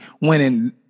winning